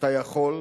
אתה יכול.